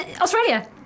Australia